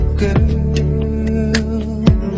girl